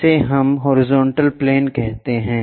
इसे हम horizontal plane कहते हैं